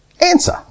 answer